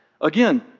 again